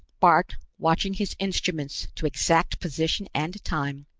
bart, watching his instruments to exact position and time,